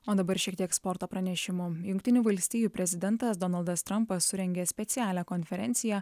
o dabar šiek tiek sporto pranešimo jungtinių valstijų prezidentas donaldas trampas surengė specialią konferenciją